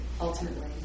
ultimately